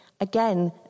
Again